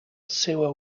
seua